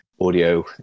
audio